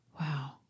Wow